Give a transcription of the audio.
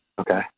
Okay